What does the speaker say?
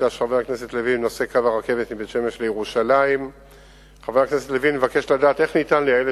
חברת הכנסת רוחמה אברהם-בלילא שאלה את